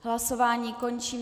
Hlasování končím.